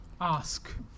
Ask